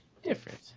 Different